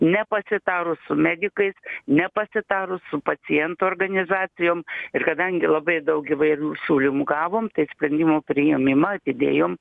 nepasitarus su medikais nepasitarus su pacientų organizacijom ir kadangi labai daug įvairių siūlymų gavom tai sprendimų priėmimą atidėjom